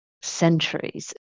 centuries